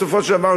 בסופו של דבר,